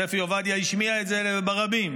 ספי עובדיה השמיע את זה ברבים,